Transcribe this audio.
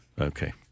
Okay